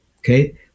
Okay